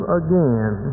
again